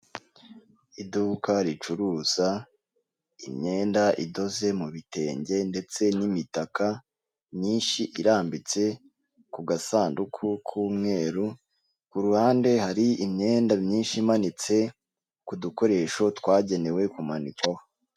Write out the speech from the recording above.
Iduka ricuruza imyenda idoze mu bitenge, ndetse n'imitaka myinshi irambitse ku gasanduku k'umweru ku ruhande hari imyenda myinshi imanitse ku dukoresho twagenewe kumanikwaho.